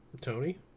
Tony